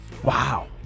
Wow